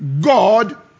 God